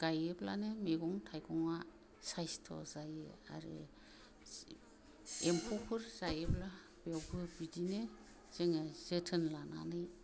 गायोब्लानो मैगं थाइगंआ साइसथ' जायो आरो एम्फौफोर जायोब्ला बेवबो बिदिनो जोङो जोथोन लानानै हा